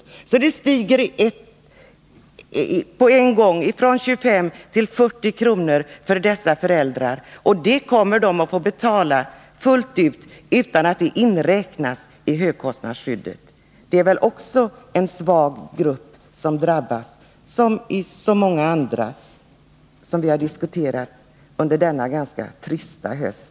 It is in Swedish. Kostnaderna stiger på en gång från 25 till 40 kr. för dessa föräldrar. Den ökningen kommer föräldrarna att få betala fullt ut utan att den inräknas i högkostnadsskyddet. De tillhör väl också en svag grupp som drabbas, liksom så många andra fall som vi har diskuterat under denna ganska trista höst.